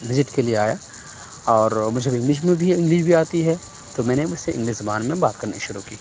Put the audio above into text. visit کے لیے آیا اور مجھے انگلش میں بھی انگلش بھی آتی ہے تو میں نے اُس سے انگلس زبان میں بات کرنی شروع کی